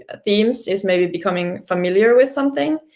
ah themes is maybe becoming familiar with something.